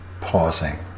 pausing